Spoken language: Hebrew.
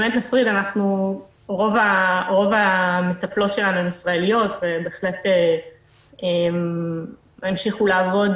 באמת נפריד רוב המטפלות שלנו הן ישראליות ובהחלט המשיכו לעבוד